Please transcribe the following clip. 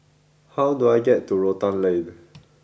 how do I get to Rotan Lane